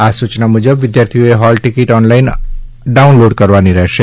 આ સૂચના મુજબ વિદ્યાર્થીઓએ હોલ ટિકીટ ઓનલાઇન ડાઉનલોડ કરવાની રહેશે